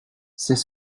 c’est